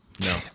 No